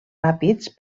ràpids